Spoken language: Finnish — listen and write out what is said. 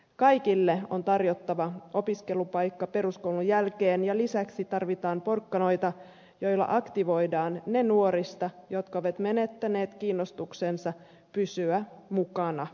kaikille on tarjottava opiskelupaikka peruskoulun jälkeen ja lisäksi tarvitaan porkkanoita joilla aktivoidaan ne nuorista jotka ovat menettäneet kiinnostuksensa pysyä mukana yhteiskunnassa